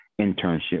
internship